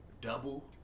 double